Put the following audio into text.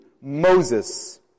Moses